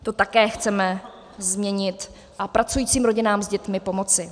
To také chceme změnit a pracujícím rodinám s dětmi pomoci.